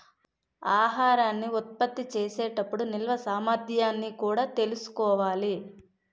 ఆహారాన్ని ఉత్పత్తి చేసే టప్పుడు నిల్వ సామర్థ్యాన్ని కూడా తెలుసుకోవాలి